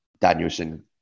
Danielson